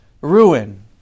ruin